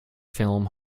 film